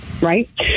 right